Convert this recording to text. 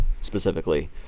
specifically